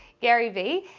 gary v,